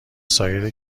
سایر